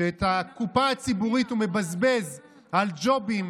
שאת הקופה הציבורית הוא מבזבז על ג'ובים